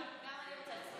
גם אני רוצה להצטרף.